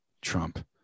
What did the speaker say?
trump